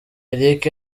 eric